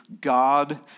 God